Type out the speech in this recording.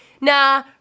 nah